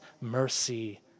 mercy